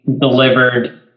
delivered